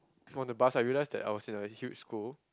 from the bus I realised that I was in a huge school